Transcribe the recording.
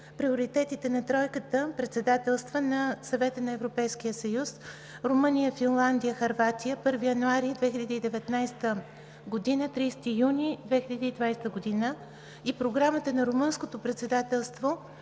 Приоритетите на тройката председателства на Съвета на Европейския съюз – Румъния, Финландия и Хърватия от 1 януари 2019 г. до 30 юни 2020 г. и Програмата на Румънското председателство